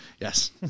Yes